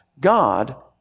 God